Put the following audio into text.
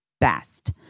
best